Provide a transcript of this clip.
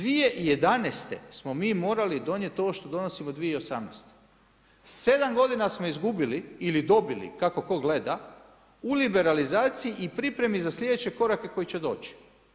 2011. smo mi morali donijeti, ovo što donosimo 2018. 7.g. smo izgubili ili dobili, kako tko gleda, u liberalizaciji i pripremi za sljedeće korake koji će doći.